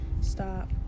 stop